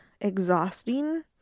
exhausting